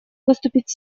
выступить